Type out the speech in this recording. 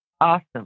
Awesome